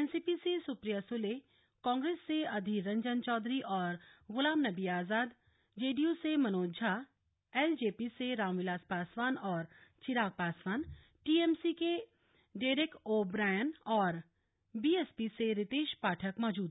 NCP से सुप्रिया सुले कांग्रेस से अधीर रंजन चौधरी और गुलाम नबी आजाद जेडीयू से मनोज झा एलजेपी से रामविलास पासवान और चिराग पासवान टीएमसी से डेरेक ओ ब्रायन और बीएसपी से रितेश पाठक मौजूद रहे